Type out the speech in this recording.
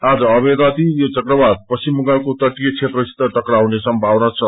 आज अबेर राति यो चक्रवात पश्चिम बांगलको तटीय क्षेत्रसित टक्राउने सम्भावना छ